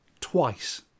twice